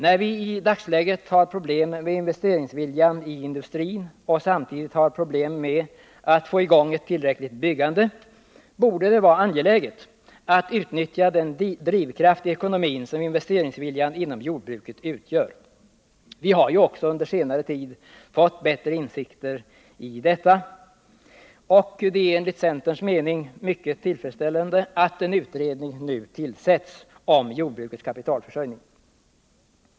När vi i dagsläget har problem med investeringsviljan i industrin och samtidigt har problem med att få i gång ett tillräckligt byggande, borde det vara angeläget att utnyttja den drivkraft i ekonomin som investeringsviljan inom jordbruket utgör. Vi har ju också fått bättre insikter om detta under senare år. Det är enligt centerns mening mycket tillfredsställande att en utredning om jordbrukets kapitalförsörjning nu tillsätts.